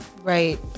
right